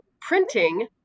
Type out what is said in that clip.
printing